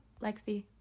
Lexi